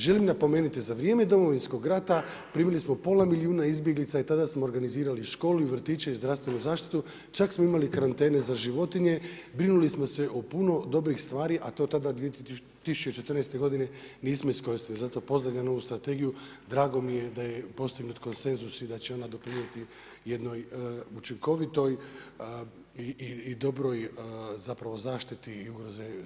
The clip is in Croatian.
Želim napomenuti za vrijeme Domovinskog rata, primili smo pola milijuna izbjeglica i tada smo organizirali škole, i vrtiće i zdravstvenu zaštitu, čak smo imali karantene za životinje, brinuli smo se o puno dobrih stvari, a to tada 2014. godine nismo iskoristili, zato pozdravljam ovu strategiju, drago mi je da je postignut konsenzus i da će ona doprinijeti jednoj učinkovitoj i dobroj zapravo zaštiti stanovništva u RH.